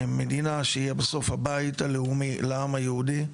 מדינה שהיא בסוף הבית הלאומי לעם היהודי.